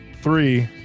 Three